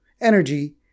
energy